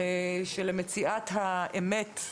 של מציאת האמת.